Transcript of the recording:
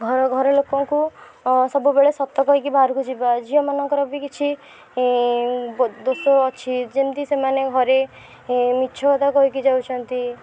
ଘର ଘର ଲୋକଙ୍କୁ ସବୁବେଳେ ସତ କହିକି ବାହାରକୁ ଯିବା ଝିଅମାନଙ୍କର ବି କିଛି ଦୋଷ ଅଛି ଯେମିତି ସେମାନେ ଘରେ ମିଛକଥା କହିକି ଯାଉଛନ୍ତି